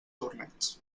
torneig